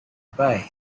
bay